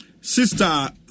sister